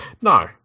No